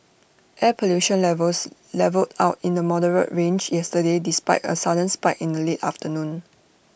air pollution levels levelled out in the moderate range yesterday despite A sudden spike in the late afternoon